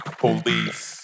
police